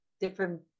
different